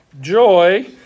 joy